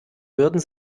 würden